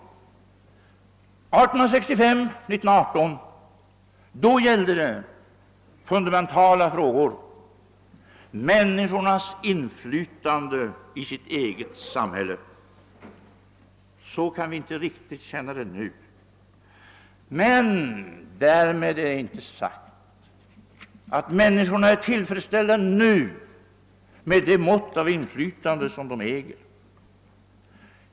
1865 och 1918 gällde det fundamentala frågor: människornas inflytande i sitt eget samhälle. Så kan vi inte riktigt känna det nu. Men därmed är inte sagt att människorna nu är tillfredsställda med det mått av inflytande som de äger.